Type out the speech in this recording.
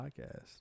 podcast